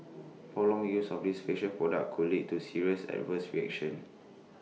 prolonged use of these facial product could lead to serious adverse reaction